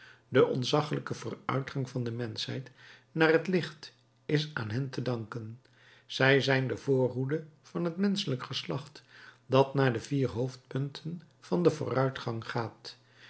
de ontzaggelijke vooruitgang van de menschheid naar het licht is aan hen te danken zij zijn de voorhoede van het menschelijk geslacht dat naar de vier hoofdpunten van den vooruitgang gaat